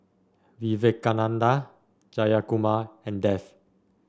Vivekananda Jayakumar and Dev